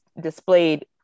displayed